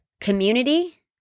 community